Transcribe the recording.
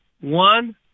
One